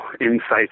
insights